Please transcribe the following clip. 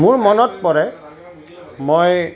মোৰ মনত পৰে মই